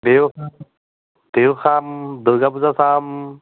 বিহু খাম বিহু খাম দুৰ্গা পূজা চাম